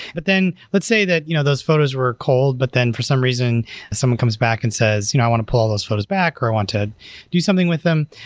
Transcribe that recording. but then let's say that you know those photos were called but then for some reason someone comes back and says, you know i want to pull all those photos back or i want to use something with them.